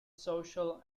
social